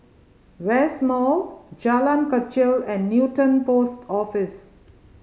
West Mall Jalan Kechil and Newton Post Office